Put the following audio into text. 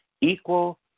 equal